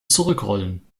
zurückrollen